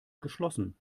geschlossen